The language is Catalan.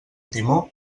timó